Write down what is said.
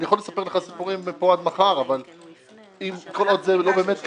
אני יכול לספר לך סיפורים מפה עד מחר אבל כל עוד זה לא באמת קרה,